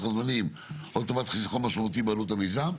הזמנים או לטובת חיסכון משמעותי בעלות המיזם,